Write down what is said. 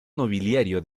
nobiliario